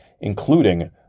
including